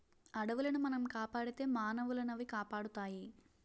అడవులను మనం కాపాడితే మానవులనవి కాపాడుతాయి